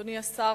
אדוני השר,